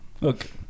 Look